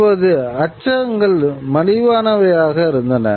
இப்போது அச்சகங்கள் மலிவானவையாக இருந்தன